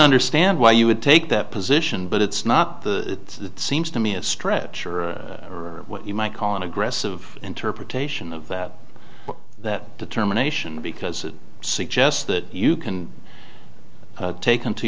understand why you would take that position but it's not the seems to me a stretch or a what you might call an aggressive interpretation of that that determination because it suggests that you can taken t